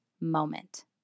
moment